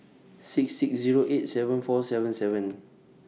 six six Zero eight seven four seven seven